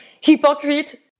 hypocrite